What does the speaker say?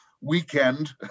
weekend